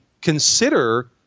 consider